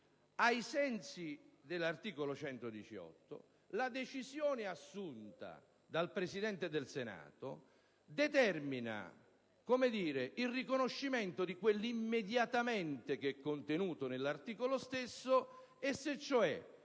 ai sensi dell'articolo 118, la decisione assunta dal Presidente del Senato determini il riconoscimento di quell'«immediatamente» che è contenuto nell'articolo stesso, se cioè